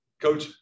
Coach